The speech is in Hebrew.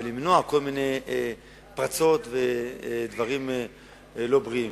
ולמנוע כל מיני פרצות ודברים לא בריאים.